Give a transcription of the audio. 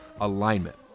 alignment